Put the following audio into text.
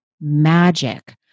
magic